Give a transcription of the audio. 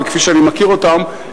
וכפי שאני מכיר אותם,